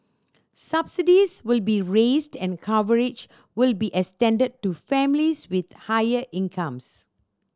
subsidies will be raised and coverage will be extended to families with higher incomes